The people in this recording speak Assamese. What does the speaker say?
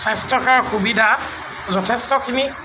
স্বাস্থ্যসেৱা সুবিধা যথেষ্টখিনি